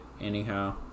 Anyhow